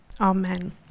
amen